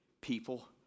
people